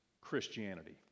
Christianity